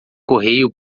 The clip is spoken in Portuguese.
correio